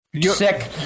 Sick